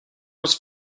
was